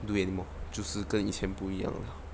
do it anymore 就是跟以前不一样